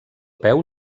peu